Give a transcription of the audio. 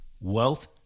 Wealth